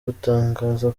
butangaza